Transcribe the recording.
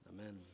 amen